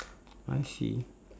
I see